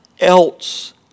else